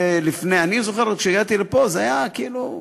אני זוכר עוד שכשהגעתי לפה זה היה כאילו,